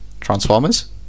Transformers